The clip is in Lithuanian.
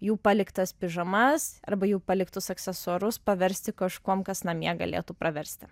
jų paliktas pižamas arba jų paliktus aksesuarus paversti kažkuom kas namie galėtų praversti